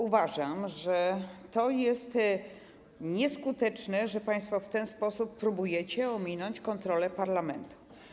Uważam, że to jest nieskuteczne, że państwo w ten sposób próbujecie ominąć kontrolę parlamentu.